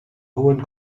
hohen